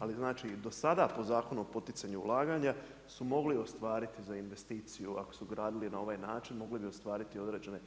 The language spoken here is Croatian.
Ali znači do sada po Zakonu o poticanju ulaganja su mogli ostvariti za investiciju ako su gradili na ovaj način, mogli bi ostvariti određene